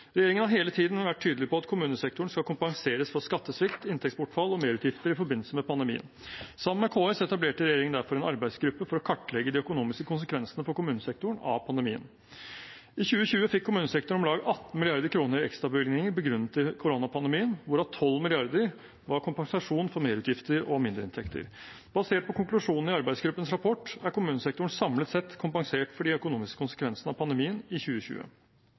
Regjeringen har hele tiden vært tydelig på at kommunesektoren skal kompenseres for skattesvikt, inntektsbortfall og merutgifter i forbindelse med pandemien. Sammen med KS etablerte regjeringen derfor en arbeidsgruppe for å kartlegge de økonomiske konsekvensene for kommunesektoren av pandemien. I 2020 fikk kommunesektoren om lag 18 mrd. kr i ekstrabevilgninger begrunnet i koronapandemien, hvorav 12 mrd. kr var kompensasjon for merutgifter og mindreinntekter. Basert på konklusjonen i arbeidsgruppens rapport er kommunesektoren samlet sett kompensert for de økonomiske konsekvensene av pandemien i 2020.